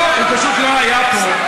לא, הוא פשוט לא היה פה.